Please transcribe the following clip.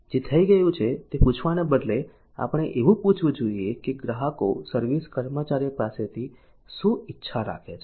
જે થઈ ગયું છે તે પૂછવાને બદલે આપણે એવું પૂછવું જોઈએ કે ગ્રાહકો સર્વિસ કર્મચારી પાસે થી શું ઈચ્છા રાખે છે